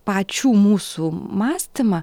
pačių mūsų mąstymą